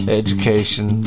education